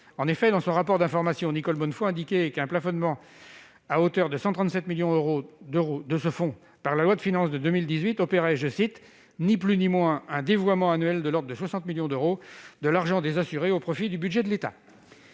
risques. Dans son rapport d'information, Nicole Bonnefoy indiquait que le plafonnement à hauteur de 137 millions d'euros de ce fonds par la loi de finances pour 2018 opérait « ni plus ni moins un dévoiement annuel de l'ordre de 60 millions d'euros de l'argent des assurés au profit du budget de l'État ».